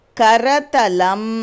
karatalam